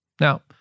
Now